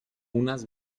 unas